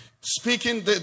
Speaking